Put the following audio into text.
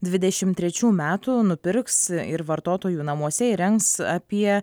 dvidešim trečių metų nupirks ir vartotojų namuose įrengs apie